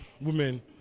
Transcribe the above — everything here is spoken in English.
women